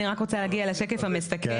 אני רק רוצה להגיע לשקף המסכם.